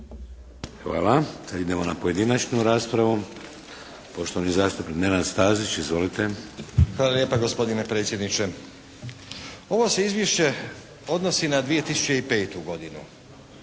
Hvala. Idemo na pojedinačnu raspravu. Poštovani zastupnik Nenad Stazić. Izvolite. **Stazić, Nenad (SDP)** Hvala lijepa gospodine predsjedniče. Ovo se izvješće odnosi na 2005. godinu,